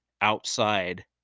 outside